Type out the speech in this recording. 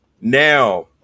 now